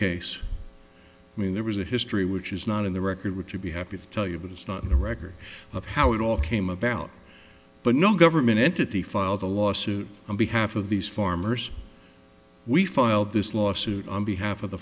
case i mean there was a history which is not in the record which we'd be happy to tell you but it's not a record of how it all came about but no government entity filed a lawsuit on behalf of these farmers we filed this lawsuit on behalf of the